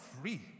free